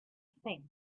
think